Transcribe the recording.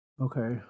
Okay